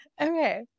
Okay